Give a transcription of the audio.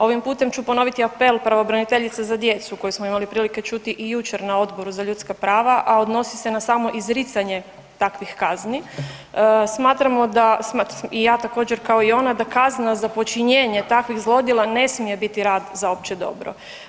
Ovim putem ću ponoviti apel pravobraniteljice za djecu koju smo imali prilike čuti i jučer na Odboru za ljudska prava, a odnosi se na samo izricanje takvih kazni, smatramo i ja također kao i ona da kazna za počinjenje takvih zlodjela ne smije biti rad za opće dobro.